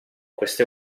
queste